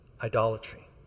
idolatry